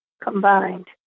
combined